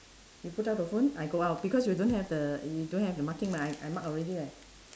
you put down the phone I go out because you don't have the you don't have the marking mah I mark already leh